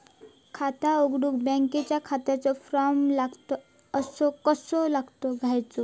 खाता उघडुक बँकेच्या खात्याचो फार्म कसो घ्यायचो?